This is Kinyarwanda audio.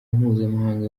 mpuzamahanga